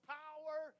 power